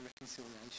reconciliation